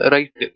Right